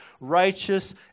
righteous